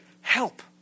Help